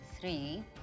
three